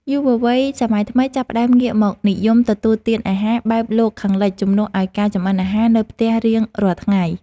យុវវ័យសម័យថ្មីចាប់ផ្តើមងាកមកនិយមទទួលទានអាហារបែបលោកខាងលិចជំនួសឱ្យការចម្អិនអាហារនៅផ្ទះរៀងរាល់ថ្ងៃ។